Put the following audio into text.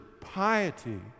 piety